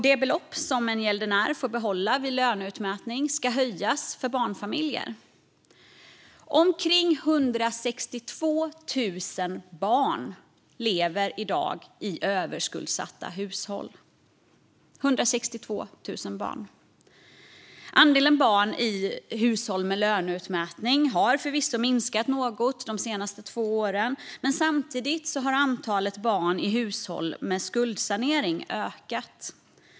Det belopp som en gäldenär får behålla vid löneutmätning ska höjas för barnfamiljer. Omkring 162 000 barn lever i dag i överskuldsatta hushåll. Andelen barn i hushåll med löneutmätning har förvisso minskat något de senaste två åren, men samtidigt har antalet barn i hushåll med skuldsanering ökat.